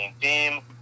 team